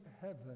heaven